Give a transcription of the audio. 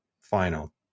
final